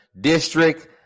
District